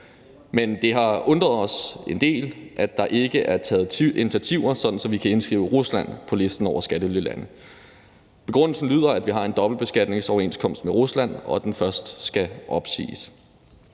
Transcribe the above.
Men det har undret os en del, at der ikke er taget initiativer, sådan at vi kan indskrive i Rusland på listen over skattelylande. Begrundelsen lyder, at vi har en dobbeltbeskatningsoverenskomst med Rusland, og at den først skal opsiges.